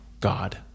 God